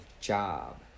job